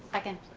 second.